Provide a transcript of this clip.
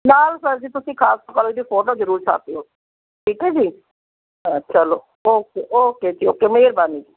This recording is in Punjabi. ਨਾਲ਼ ਸਰ ਜੀ ਤੁਸੀਂ ਖਾਲਸਾ ਕੋਲੇਜ ਦੀ ਫੋਟੋ ਜ਼ਰੂਰ ਛਾਪਿਓ ਠੀਕ ਹੈ ਜੀ ਚਲੋ ਓਕੇ ਓਕੇ ਜੀ ਓਕੇ ਮਿਹਰਬਾਨੀ ਜੀ